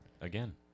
Again